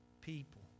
people